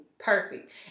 perfect